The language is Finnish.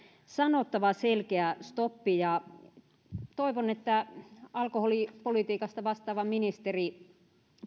sanottava selkeä stoppi toivon että alkoholipolitiikasta vastaava ministeri